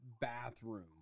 bathroom